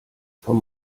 vom